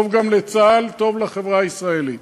טוב גם לצה"ל, טוב לחברה הישראלית.